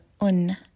un